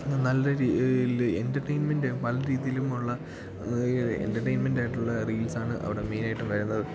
അങ്ങ് നല്ലൊരു എൻ്റർടെയ്ന്മെൻ്റ് പല രീതിയിലുമുള്ള എൻ്റർടെയ്ൻമെൻ്റായിട്ടുള്ള റീൽസാണ് അവിടെ മെയിനായിട്ടും വരുന്നത്